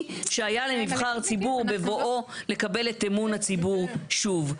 שהיה לנבחר ציבור בבואו לקבל את אמון הציבור שוב.